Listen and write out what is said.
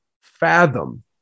fathom